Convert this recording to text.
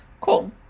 Cool